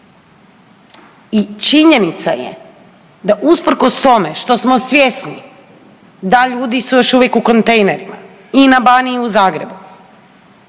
I činjenica je da usprkos tome što smo svjesni da ljudi su još uvijek u kontejnerima i na Baniji i u Zagrebu,